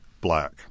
Black